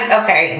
okay